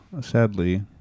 Sadly